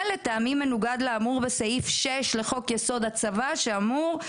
לטעמי מנוגד לאמור בסעיף 6 לחוק-יסוד: הצבא שאומר: